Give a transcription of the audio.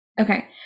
Okay